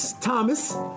Thomas